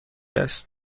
است